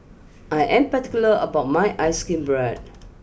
I am particular about my Ice cream Bread